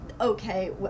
okay